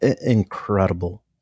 incredible